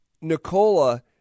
Nicola